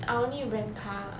I only rent car lah